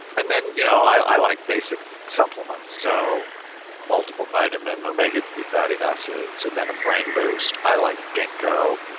and then, you know i like basic supplements, so multiple vitamin, omega three fatty acids, and then a brain boost. i like ginkgo,